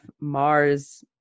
Mars